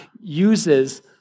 uses